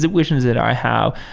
the visions that i have.